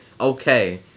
Okay